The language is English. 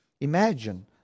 Imagine